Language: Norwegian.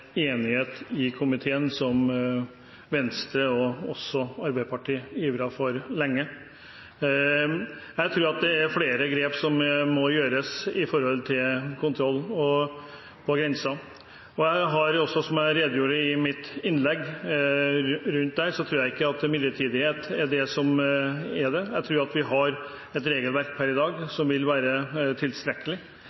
enighet i komiteen, slik Venstre og også Arbeiderpartiet lenge ivret for. Jeg tror det er flere grep som må gjøres med hensyn til kontroll på grensene. Som jeg gjorde rede for i mitt innlegg, tror jeg ikke at midlertidighet er det som gjelder. Jeg tror at vi per i dag har et regelverk